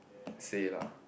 say lah